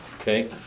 okay